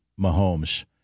Mahomes